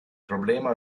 problema